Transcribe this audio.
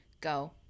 go